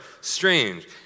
strange